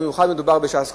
במיוחד כשמדובר בש"ס.